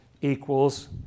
equals